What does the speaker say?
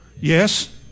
yes